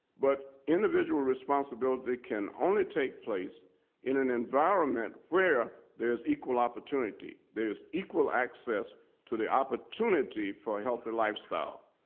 but individual responsibility can only take place in an environment where there is equal opportunity, there is equal access to the opportunity for a healthy lifestyle.